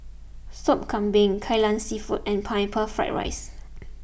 Sop Kambing Kai Lan Seafood and Pineapple Fried Rice